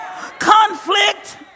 conflict